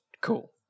cool